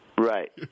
Right